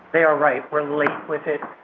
they are right, we're late with it,